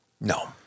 No